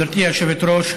גברתי היושבת-ראש,